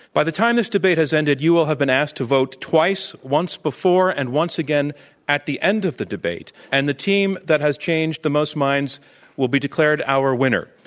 by the time this debate has ended, you will have been asked to vote twice, once before and once again at the end of the debate. and the team that has changed the most minds will be declared our winner.